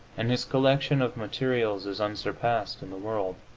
and his collection of materials is unsurpassed in the world.